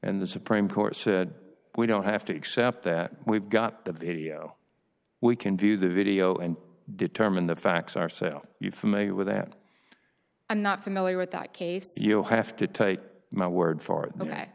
and the supreme court said we don't have to accept that we've got the video we can view the video and determine the facts ourselves you familiar with that i'm not familiar with that case you have to take my word for it that